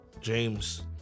James